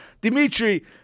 Dimitri